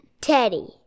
Teddy